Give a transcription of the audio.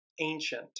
ancient